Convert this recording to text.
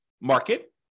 market